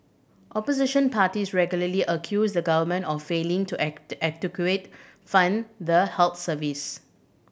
opposition parties regularly accuse the government of failing to adequate fund the health service